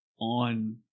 on